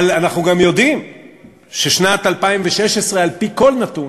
אבל אנחנו גם יודעים ששנת 2016, על-פי כל נתון,